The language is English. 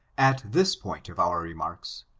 at this point of our remarks,